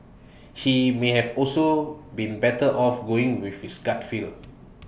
he may have also been better off going with his gut feel